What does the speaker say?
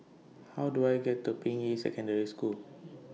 How Do I get to Ping Yi Secondary School